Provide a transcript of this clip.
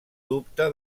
dubte